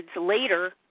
later